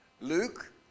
Luke